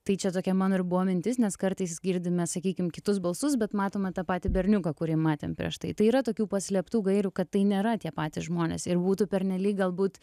tai čia tokia mano ir buvo mintis nes kartais girdime sakykim kitus balsus bet matome tą patį berniuką kurį matėm prieš tai tai yra tokių paslėptų gairių kad tai nėra tie patys žmonės ir būtų pernelyg galbūt